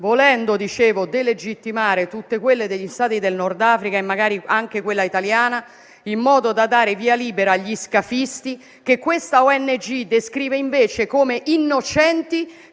volendo delegittimare tutte quelle degli Stati del Nord Africa e magari anche quella italiana, in modo da dare via libera agli scafisti che questa ONG descrive invece come innocenti